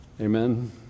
amen